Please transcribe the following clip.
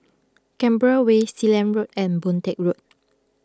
Canberra Way Sealand Road and Boon Teck Road